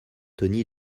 tony